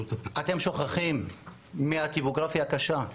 אתם שוכחים מהטופוגרפיה הקשה.